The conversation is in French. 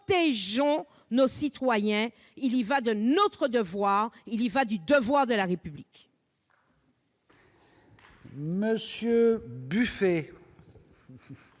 Protégeons nos citoyens. Il y va de notre devoir, il y va du devoir de la République.